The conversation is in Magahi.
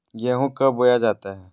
गेंहू कब बोया जाता हैं?